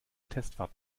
testfahrt